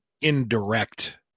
indirect